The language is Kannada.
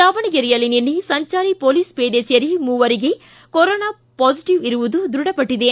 ದಾವಣಗೆರೆಯಲ್ಲಿ ನಿನ್ನೆ ಸಂಚಾರಿ ಪೊಲೀಸ್ ಪೇದೆ ಸೇರಿ ಮೂವರಿಗೆ ಕೋವಿಡ್ ಪಾಸಿಟವ್ ಇರುವುದು ದ್ವಢಪಟ್ಟದೆ